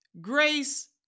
grace